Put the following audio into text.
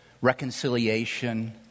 reconciliation